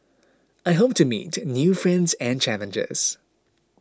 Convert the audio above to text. I hope to meet new friends and challenges